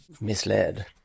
misled